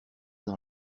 dans